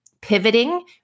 Pivoting